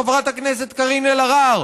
חברת הכנסת קארין אלהרר,